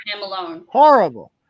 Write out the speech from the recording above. Horrible